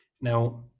now